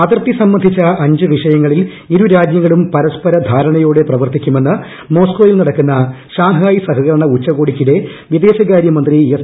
അതിർത്തി സംബ്രന്ധിച്ച അഞ്ച് വിഷയങ്ങളിൽ ഇരുരാജൃങ്ങളും പരസ്പൂര് ധാരണയോടെ പ്രവർത്തിക്കുമെന്ന് മോസ്കോയിൽ നടക്കുന്നു ഷാങ്ഹായ് സഹകരണ ഉച്ചകോടിക്കിടെ വിദേശകാരൃമന്ത്രി എസ്